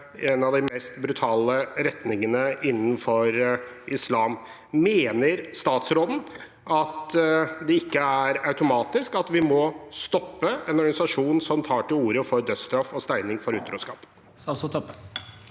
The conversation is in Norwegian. en av de mest brutale retningene innenfor islam. Mener statsråden at vi ikke automatisk må stoppe en organisasjon som tar til orde for dødsstraff og steining for utroskap?